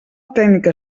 tècnica